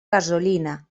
gasolina